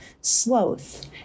sloth